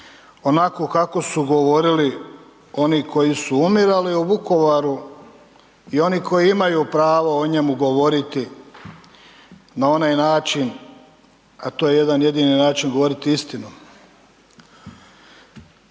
onako kako su govorili oni koji su umirali u Vukovaru i oni koji imaju pravo o njemu govoriti na onaj način, a to je jedan jedini način govoriti istinu.